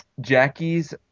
Jackie's